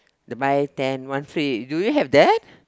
the buy ten one free do you have that